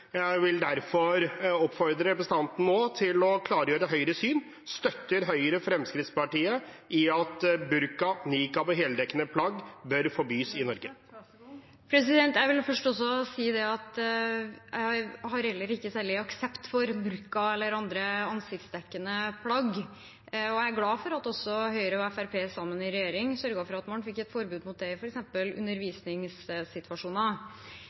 Jeg vil derfor oppfordre representanten til nå å klargjøre Høyres syn: Støtter Høyre Fremskrittspartiet i at burka, nikab og heldekkende plagg bør forbys i Norge? Jeg vil først si at heller ikke jeg har særlig aksept for burka eller andre ansiktsdekkende plagg, og jeg er glad for at Høyre og Fremskrittspartiet sammen i regjering sørget for at man fikk et forbud mot det